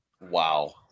Wow